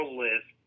list